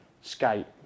skate